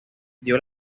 dio